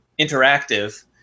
interactive